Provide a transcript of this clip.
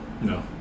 No